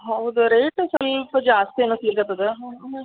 ಹೌದು ರೇಟು ಸ್ವಲ್ಪ ಜಾಸ್ತಿ ಅನ್ನಿಸ್ಲಿಕ್ಕತ್ತದ